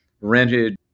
rented